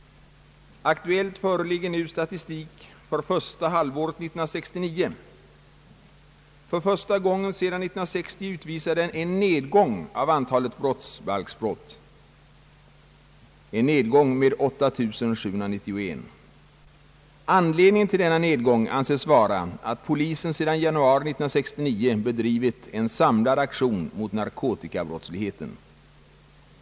Aktuellt föreligger nu statistik för första halvåret 1969. För första gången sedan 1960 utvisar den en nedgång av antalet brottsbalksbrott, med 8 791. Anledningen till denna nedgång anses vara att polisen sedan januari 1969 bedrivit en samlad aktion mot narkotikabrottsligheten.